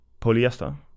polyester